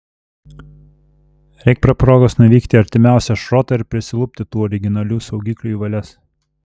reik prie progos nuvykti į artimiausią šrotą ir prisilupti tų originalių saugiklių į valias